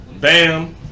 Bam